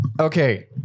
Okay